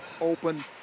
open